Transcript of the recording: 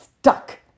stuck